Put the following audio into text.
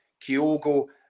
Kyogo